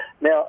Now